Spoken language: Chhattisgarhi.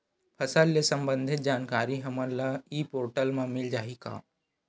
फसल ले सम्बंधित जानकारी हमन ल ई पोर्टल म मिल जाही का?